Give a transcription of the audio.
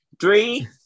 Three